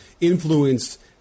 influenced